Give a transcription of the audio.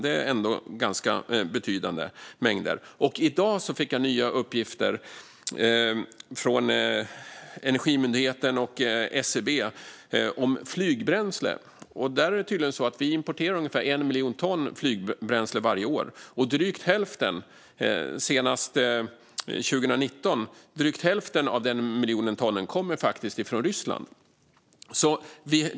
Det är ändå ganska betydande mängder. I dag fick jag nya uppgifter från Energimyndigheten och SCB om flygbränsle. Tydligen importerar vi ungefär 1 miljon ton flygbränsle varje år. Drygt hälften av det som vi importerade 2019 kom faktiskt från Ryssland.